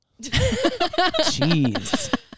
Jeez